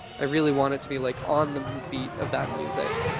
i really want it to be like on the beat of that music,